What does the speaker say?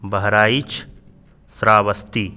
Bahraich Shravasti